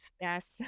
yes